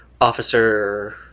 Officer